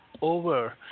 over